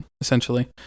Essentially